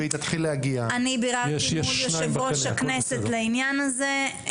אני בררתי מול יושב ראש הכנסת לעניין הזה,